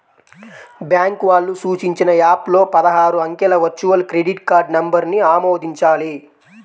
bank వాళ్ళు సూచించిన app లో పదహారు అంకెల వర్చువల్ క్రెడిట్ కార్డ్ నంబర్ను ఆమోదించాలి